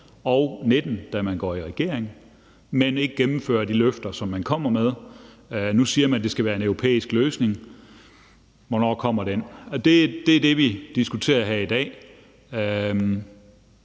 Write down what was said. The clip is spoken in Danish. og 2019, da man i går i regering, men ikke gennemfører de løfter, som man kommer med. Nu siger man, at det skal være en europæisk løsning, og hvornår kommer den? Det er det, vi diskuterer her i dag.